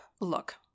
look